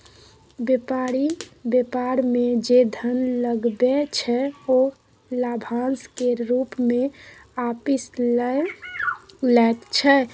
बेपारी बेपार मे जे धन लगबै छै ओ लाभाशं केर रुप मे आपिस लए लैत छै